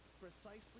precisely